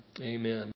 Amen